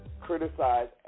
criticize